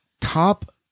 top